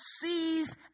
sees